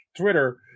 Twitter